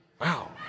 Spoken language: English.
Wow